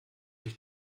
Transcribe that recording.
ich